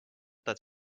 that